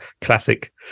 classic